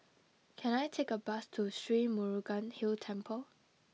can I take a bus to Sri Murugan Hill Temple